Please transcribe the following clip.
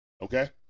Okay